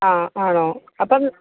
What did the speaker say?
ആ ആണോ അപ്പം